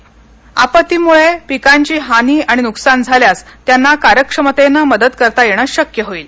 पीकांची आपत्तीमुळे हानी आणि नुकसान झाल्यास त्यांना कार्यक्षमतेनं मदत करता येणं शक्य होईल